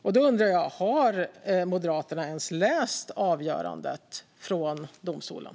Därför undrar jag om Moderaterna ens har läst avgörandet från domstolen.